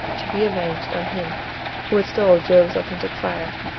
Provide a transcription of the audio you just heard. to be avenged on him who had stole jove's authentic fire.